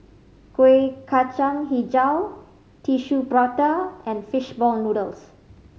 Kueh Kacang Hijau Tissue Prata and fish ball noodles